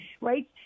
right